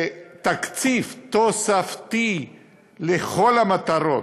תקציב תוספתי לכל המטרות,